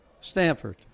Stanford